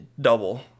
Double